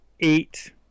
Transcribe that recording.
eight